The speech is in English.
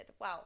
Wow